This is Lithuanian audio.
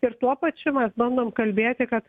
ir tuo pačiu mes bandom kalbėti kad